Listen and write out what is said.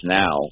now